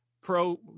pro